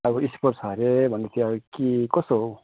अब स्पोर्ट्स हरे भन्दै थियो कि कसो हो